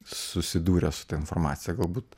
susidūrę su ta informacija galbūt